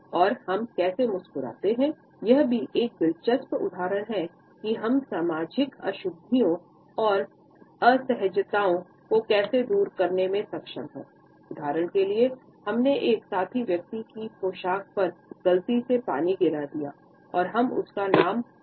और हम कैसे मुस्कुराते हैं यह भी एक दिलचस्प उदाहरण है कि हम सामाजिक अशुद्धियों असहजताओं को कैसे दूर करने में सक्षम है उदाहरण के लिए हमने एक साथी व्यक्ति की पोशाक पर गलती से पानी गिरा दिया और हम उसका नाम भूल गए हैं